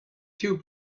two